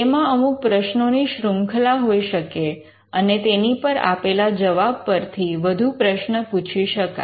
તેમાં અમુક પ્રશ્નોની શૃંખલા હોઈ શકે અને તેની પર આપેલા જવાબ પરથી વધુ પ્રશ્ન પૂછી શકાય